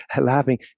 laughing